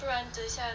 不然等一下